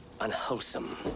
unwholesome